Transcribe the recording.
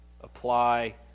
apply